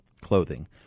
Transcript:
clothing